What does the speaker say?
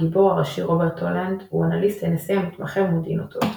הגיבור הראשי רוברט טולנד הוא אנליסט NSA המתמחה במודיעין אותות.